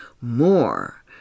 more